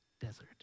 desert